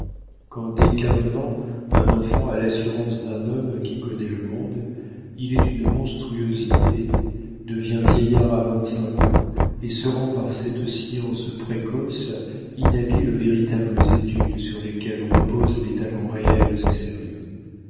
quand dès quinze ans un enfant a l'assurance d'un homme qui connaît le monde il est une monstruosité devient vieillard à vingt-cinq ans et se rend par cette science précoce inhabile aux véritables études sur lesquelles reposent les talents réels et sérieux